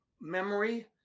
memory